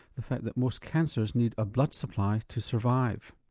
the fact that most cancers need a blood supply to survive.